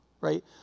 right